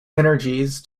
energies